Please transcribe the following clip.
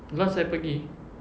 last I pergi